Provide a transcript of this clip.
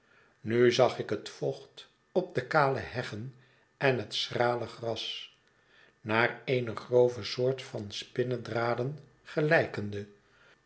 nu zag ik het vocht op de kale heggen en het schrale gras naar eene grove soort van spinnedraden gelijkende